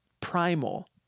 primal